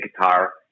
guitar